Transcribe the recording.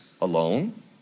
alone